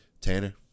Tanner